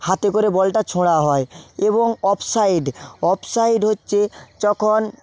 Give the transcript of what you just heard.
হাতে করে বলটা ছোঁড়া হয় এবং অফ সাইড অফ সাইড হচ্ছে যখন